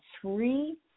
three